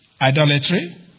idolatry